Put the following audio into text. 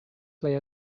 play